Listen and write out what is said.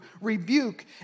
rebuke